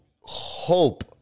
hope